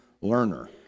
learner